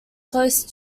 close